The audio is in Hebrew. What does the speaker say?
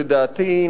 לדעתי,